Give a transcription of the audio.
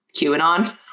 QAnon